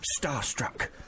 starstruck